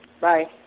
Bye